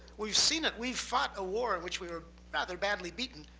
we've seen it. we've fought a war in which we were rather badly beaten.